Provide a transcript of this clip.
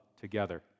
together